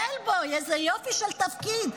בל בוי, איזה יופי של תפקיד.